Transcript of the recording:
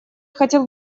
хотел